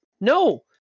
No